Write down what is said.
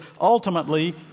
ultimately